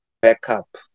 backup